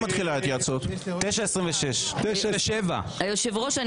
ונתחדשה בשעה 09:26.) אנחנו עוברים להצבעה.